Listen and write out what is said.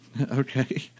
Okay